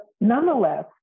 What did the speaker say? nonetheless